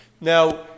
Now